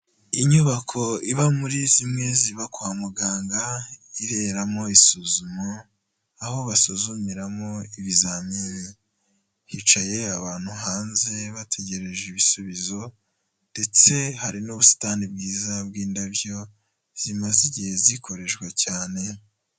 Inyubako iba muri zimwe ziba kwa muganga, iberamo isuzuma, aho basuzumiramo ibizamini, hicaye abantu hanze bategereje ibisubizo ndetse hari n'ubusitani bwiza bw'indabyo zimaze igihe zikoreshwa cyane.